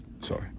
Sorry